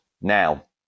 Now